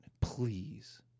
please